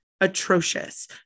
atrocious